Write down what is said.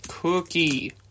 Cookie